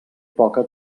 poca